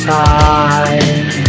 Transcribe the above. time